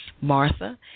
Martha